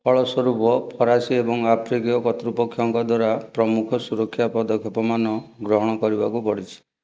ଫଳସ୍ୱରୂପ ଫରାସୀ ଏବଂ ଆଫ୍ରିକୀୟ କର୍ତ୍ତୃପକ୍ଷଙ୍କ ଦ୍ୱାରା ପ୍ରମୁଖ ସୁରକ୍ଷା ପଦକ୍ଷେପମାନ ଗ୍ରହଣ କରିବାକୁ ପଡ଼ିଛି